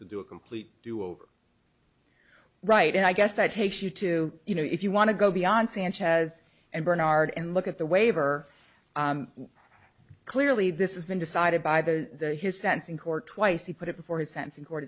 to do a complete do over right and i guess that takes you to you know if you want to go beyond sanchez and bernard and look at the waiver clearly this is been decided by the his sense in court twice he put it before his sense in court